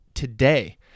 today